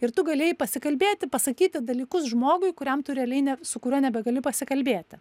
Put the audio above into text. ir tu galėjai pasikalbėti pasakyti dalykus žmogui kuriam tu realiai ne su kuriuo nebegali pasikalbėti